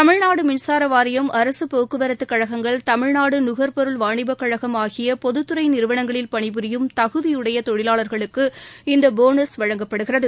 தமிழ்நாடு மின்சார வாரியம் போக்குவரத்துக்கழகங்கள் தமிழ்நாடு நுகர்பொருள் வாணிபக்கழகம் ஆகிய பொதுத்துறை நிறுவனங்களில் பணிபுரியும் தகுதியுடைய தொழிலாளர்களுக்கு இந்த போனஸ் வழங்கப்படுகிறது